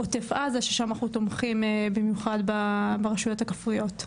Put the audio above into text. עוטף עזה ששם אנחנו תומכים במיוחד ברשויות הכפריות.